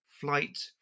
flight